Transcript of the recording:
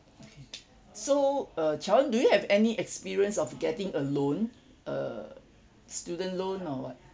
okay so uh xiao en do you have any experience of getting a loan a student loan or what